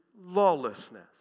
lawlessness